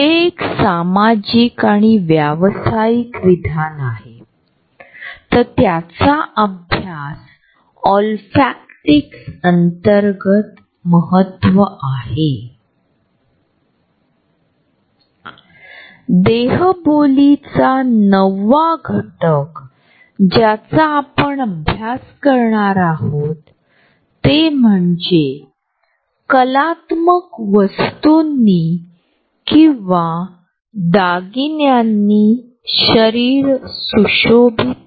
एक झोन म्हणजे जिव्हाळ्याचा झोन ० ते १८ इंचाचा संपर्क म्हणजे एखाद्याशी वैयक्तिक अंतर साडेचार ते चार फूट सामाजिक अंतर ४ ते १२ फूट म्हणजे सार्वजनिक व्यासपीठावर जेथे आपण व्याख्यानास जात आहात आणि आपण ज्या स्पीकरवर आहात त्या स्पीकरशी संवाद साधत आहोत